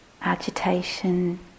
agitation